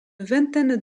vingtaine